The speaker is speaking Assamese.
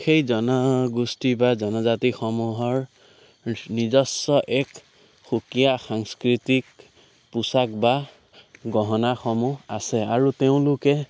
সেই জনগোষ্ঠী বা জনজাতিসমূহৰ নিজস্ব এক সুকীয়া সাংস্কৃতিক পোচাক বা গহনাসমূহ আছে আৰু তেওঁলোকে